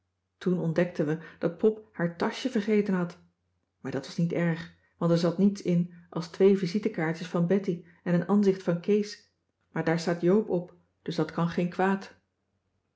toen ontdekten we dat pop haar taschje vergeten had maar dat was niet erg want er zat niets in als twee visitekaartjes van betty en een ansicht van kees maar daar staat joop op dus dat kan geen kwaad